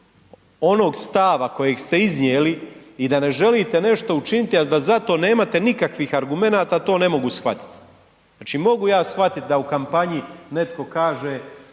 onog stava kojeg ste iznijeli i da ne želite nešto učiniti, a da za to nemate nikakvih argumenata, to ne mogu shvatit. Znači, mogu ja shvatit da u kampanji netko kaže